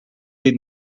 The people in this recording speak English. need